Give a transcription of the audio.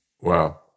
Wow